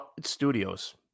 Studios